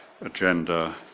agenda